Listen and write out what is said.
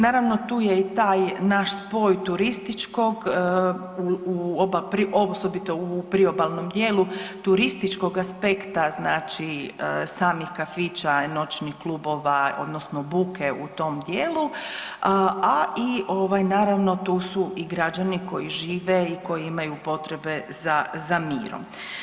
Naravno, tu je i taj naš spoj turističkog u oba, osobito u priobalnom dijelu, turističkog aspekta, znači samih kafića, noćnih klubova, odnosno buke u tom dijelu, a i naravno, tu su i građani koji žive i koji imaju potrebe za mirom.